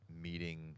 meeting